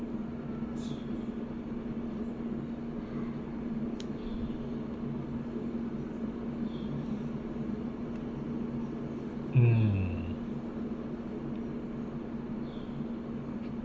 mm